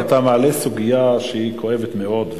אתה מעלה סוגיה שהיא כואבת מאוד,